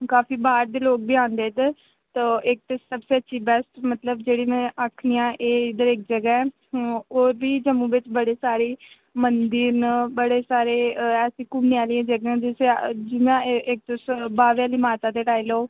काफी बाह्र दे लोक बी आंदे ते इद्धर तो एक सबसे अच्छी बेस्ट मतलब जेह्ड़ी मै आखनी आं एह् इद्धर इक जगह् ऐ ओह् बी जम्मू च बड़े सारे मंदर न बड़े सारे ऐसे घूमने आह्लियां जगह न जिसी आह् जियां इक तुस बावे आह्ली माता गै लाई लै